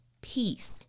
peace